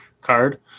card